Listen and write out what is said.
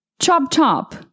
Chop-chop